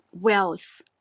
wealth